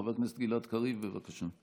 חבר הכנסת גלעד קריב, בבקשה.